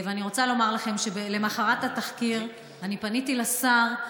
ואני רוצה לומר לכם שלמוחרת התחקיר אני פניתי לשר,